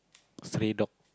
stray dog